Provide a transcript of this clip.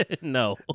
No